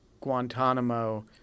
Guantanamo